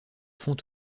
font